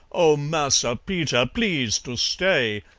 oh, massa peter, please to stay.